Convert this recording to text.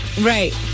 Right